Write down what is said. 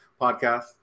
podcast